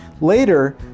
Later